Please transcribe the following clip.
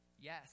Yes